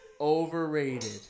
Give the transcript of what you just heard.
Overrated